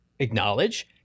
Acknowledge